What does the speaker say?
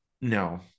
no